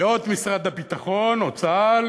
ייאות משרד הביטחון או צה"ל